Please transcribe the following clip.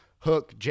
Hook